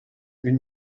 une